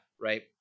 right